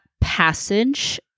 passage